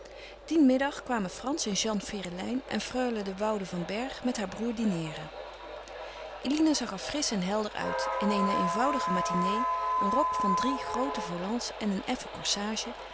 dien middag kwamen frans en jeanne ferelijn en freule de woude van bergh met haar broêr dineeren eline zag er frisch en helder uit in eene eenvoudige matinée een rok van drie groote volants en een effen